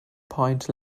point